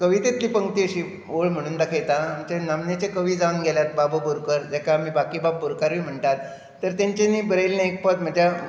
कवितेंतली पंक्ती अशी वळ म्हणून दाखयतां नामनेचे कवी जावन गेल्यात बाबा बोरकर जाका आमी बाकीबाब बोरकरूय म्हणटात तर तांच्यानी बरयिल्लें एक पद